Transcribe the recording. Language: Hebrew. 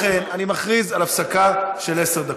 לכן אני מכריז על הפסקה של עשר דקות.